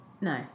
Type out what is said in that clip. no